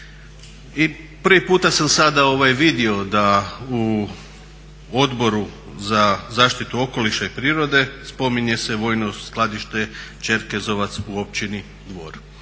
Prvi puta sam sada vidio da u Odboru za zaštitu okoliša i prirode spominje se vojno skladište Ćerkezovac u Općini Dvor.